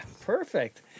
Perfect